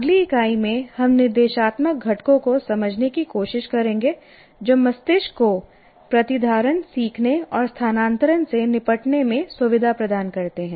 अगली इकाई में हम निर्देशात्मक घटकों को समझने की कोशिश करेंगे जो मस्तिष्क को प्रतिधारण सीखने और स्थानांतरण से निपटने में सुविधा प्रदान करते हैं